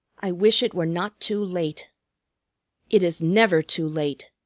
i wish it were not too late it is never too late,